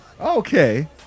Okay